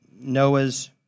Noah's